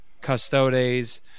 Custodes